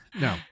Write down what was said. No